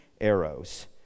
arrows